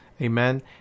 amen